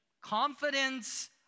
Confidence